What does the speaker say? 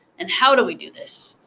and how do we do this?